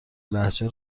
لهجه